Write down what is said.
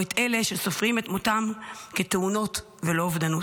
או את אלה שסופרים את מותם כתאונות, ולא אובדנות.